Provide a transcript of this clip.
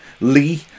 Lee